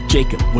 Jacob